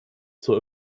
zur